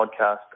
podcast